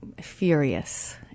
furious